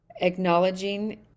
Acknowledging